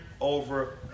over